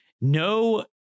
no